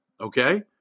Okay